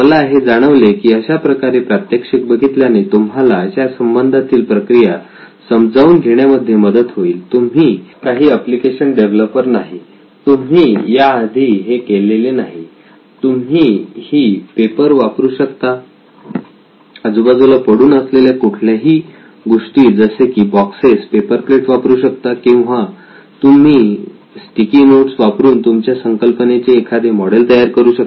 मला हे जाणवले की अशाप्रकारे प्रात्यक्षिक बघितल्याने तुम्हाला यासंबंधातील प्रक्रिया समजावून घेण्यामध्ये मदत होईल तुम्ही काही एप्लिकेशन डेव्हलपर नाही तुम्ही याआधी हे केलेले नाही तुम्ही ही पेपर वापरू शकता आजूबाजूला पडून असलेल्या कुठल्याही ही गोष्टी जसे की बॉक्सेस पेपर प्लेट वापरू शकता किंवा तुम्ही स्टिकी नोट्स वापरून तुमच्या संकल्पनेचे एखादे मॉडेल तयार करू शकता